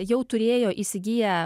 jau turėjo įsigiję